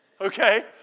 okay